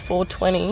420